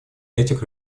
этих